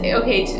okay